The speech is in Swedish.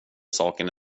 saken